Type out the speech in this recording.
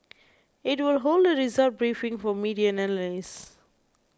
it will hold a result briefing for media and analysts